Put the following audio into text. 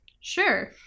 Sure